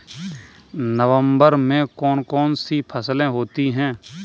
नवंबर में कौन कौन सी फसलें होती हैं?